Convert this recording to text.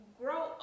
grow